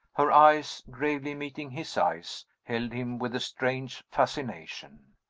her eyes, gravely meeting his eyes, held him with a strange fascination.